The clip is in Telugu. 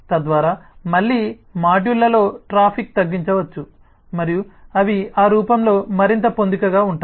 తద్వారా మళ్ళీ మాడ్యూళ్ళలో ట్రాఫిక్ తగ్గించవచ్చు మరియు అవి ఆ రూపంలో మరింత పొందికగా ఉంటాయి